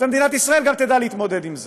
ומדינת ישראל תדע להתמודד גם עם זה.